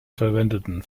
verwendeten